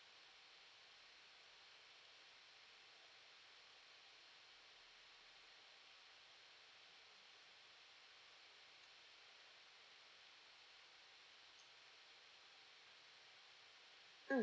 mm